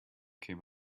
came